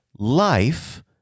life